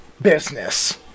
Business